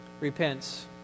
repents